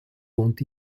wohnt